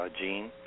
gene